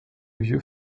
vieux